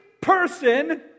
person